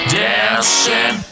dancing